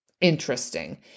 interesting